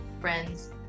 friends